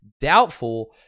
doubtful